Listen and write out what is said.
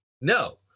no